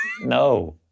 No